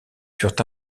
furent